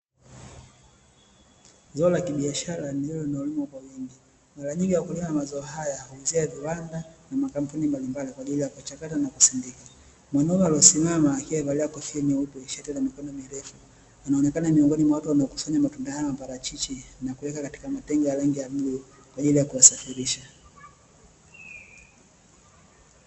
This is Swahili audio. Zao la kibiashara ni lile linalo limwa kwa wingi, maranyingi wakulima wa mazao haya huuzia viwanda na makampuni mbalimbali kwa ajili ya kuchakata na kusindika, mwanaume aliyesimama akiwa amevalia kofia nyeupe, shati la mikono mirefu anaonekana ni miongoni mwa watu wanaokusanya matunda hayo ya maparachichi na kuweka katika matenga ya rangi ya bluu kwa ajili ya kufasafirisha.